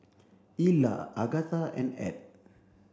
Illa Agatha and Ed